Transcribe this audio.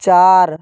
চার